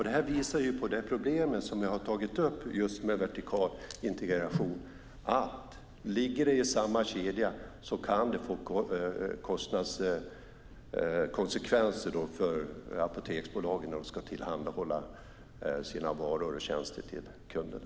Det visar på det problem som jag har tagit upp med vertikal integration, att ligger det i samma kedja kan det få kostnadskonsekvenser för apoteksbolagen när de ska tillhandahålla sina varor och tjänster till kunderna.